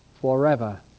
forever